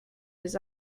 his